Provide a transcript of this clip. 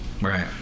right